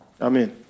Amen